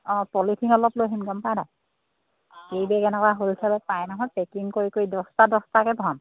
অঁ পলিথিন অলপ লৈ আহিম গম পাইনে কেৰী বেগ এনেকুৱা হলচেলত পাই নহয় পেকিং কৰি কৰি দছটা দছটাকৈ ভৰাম